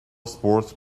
sport